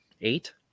eight